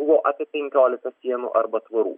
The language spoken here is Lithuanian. buvo apie penkiolika sienų arba tvorų